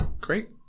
great